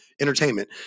entertainment